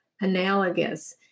analogous